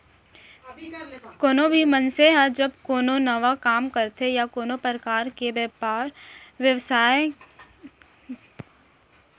कोनो भी मनसे ह जब कोनो नवा काम करथे या कोनो परकार के बयपार बेवसाय करे के सोचथे त ओला बरोबर पइसा तो लागबे करही